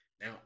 Now